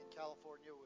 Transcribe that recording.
California